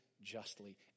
justly